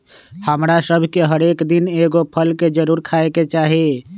हमरा सभके हरेक दिन एगो फल के जरुरे खाय के चाही